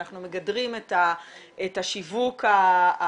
אנחנו מגדרים את השיווק בחנויות,